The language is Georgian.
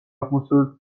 აღმოსავლეთ